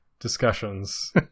discussions